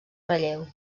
relleu